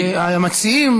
המציעים,